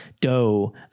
dough